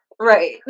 Right